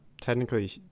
technically